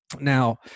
Now